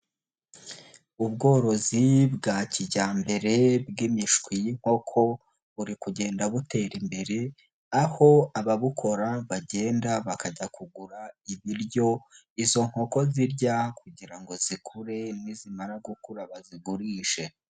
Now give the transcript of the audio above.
Ubworozi bwa kijyambere bw'imishwi y'inkoko buri kugenda butera imbere, aho ababukora bagenda bakajya kugura ibiryo izo nkoko zirya kugira ngo zikure nizimamara gukura bazigurishe.